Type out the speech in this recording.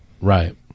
Right